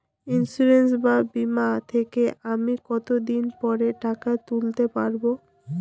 Insurance বা বিমা থেকে আমি কত দিন পরে টাকা তুলতে পারব?